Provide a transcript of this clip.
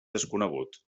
desconegut